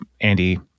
Andy